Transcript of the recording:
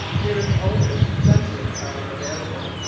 there is always plenty of power available.